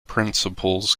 principals